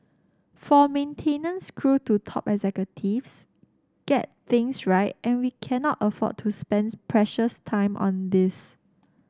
from maintenance crew to top executives get things right and we cannot afford to spend precious time on this